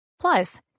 Plus